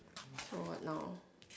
so what now